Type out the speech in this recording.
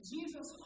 Jesus